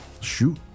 Shoot